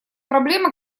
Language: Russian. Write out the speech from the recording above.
проблема